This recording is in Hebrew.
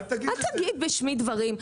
אל תגיד דברים בשמי.